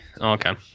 okay